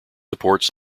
supports